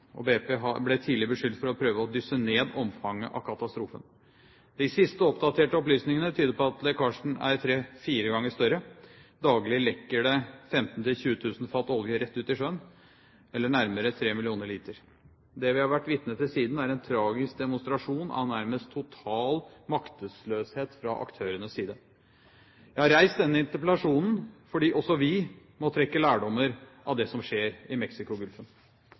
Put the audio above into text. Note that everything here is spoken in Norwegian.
og BP ble tidlig beskyldt for å prøve å dysse ned omfanget av katastrofen. De siste oppdaterte opplysningene tyder på at lekkasjen er tre–fire ganger større. Daglig lekker det 15 000–20 000 fat olje rett ut i sjøen, eller nærmere 3 mill. liter. Det vi har vært vitne til siden, er en tragisk demonstrasjon av nærmest total maktesløshet fra aktørenes side. Jeg har reist denne interpellasjonen fordi også vi må trekke lærdommer av det som skjer i